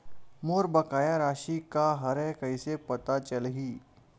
मोर बकाया राशि का हरय कइसे पता चलहि?